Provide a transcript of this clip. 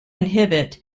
inhibit